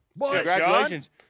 Congratulations